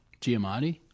Giamatti